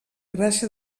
gràcia